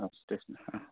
औ दे मेडाम